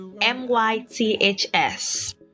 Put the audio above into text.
M-Y-T-H-S